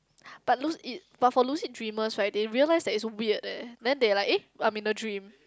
but lu~ but for lucid dreamer right they realise that it's weird eh then they like eh I'm in a dream